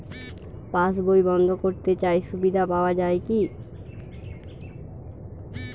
পাশ বই বন্দ করতে চাই সুবিধা পাওয়া যায় কি?